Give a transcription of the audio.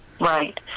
Right